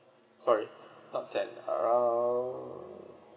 sorry not ten around